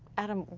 adam,